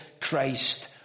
Christ